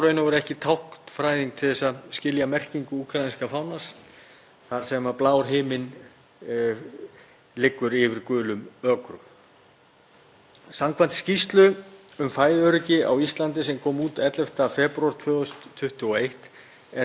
Samkvæmt skýrslu um fæðuöryggi á Íslandi, sem kom út 11. febrúar 2021, er talað um fjórar stoðir í fæðuöryggi okkar Íslendinga. Sú fyrsta er að auðlindir til framleiðslu séu til staðar, svo sem fiskstofnar og land til ræktunar.